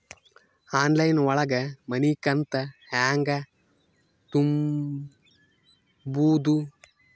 Online ಒಳಗ ಮನಿಕಂತ ಹ್ಯಾಂಗ ತುಂಬುದು?